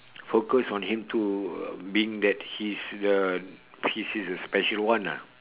focused on him too uh being that he is the he is the special one lah